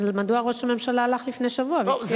מדוע ראש הממשלה הלך לפני שבוע והבטיח שיביא?